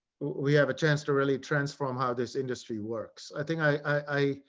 we have a chance to really transform how this industry works. i think i,